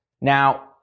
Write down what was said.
Now